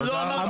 תודה רבה.